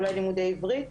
אולי לימודי עברית.